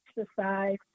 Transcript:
exercise